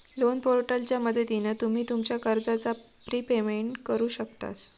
loan पोर्टलच्या मदतीन तुम्ही तुमच्या कर्जाचा प्रिपेमेंट करु शकतास